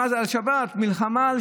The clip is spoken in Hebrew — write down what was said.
מלחמה על